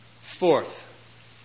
Fourth